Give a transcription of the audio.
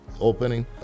opening